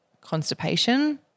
constipation